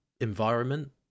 environment